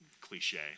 cliche